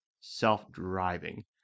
self-driving